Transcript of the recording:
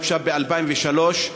הוגשה ב-2003.